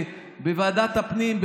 בוועדת הפנים,